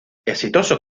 exitosos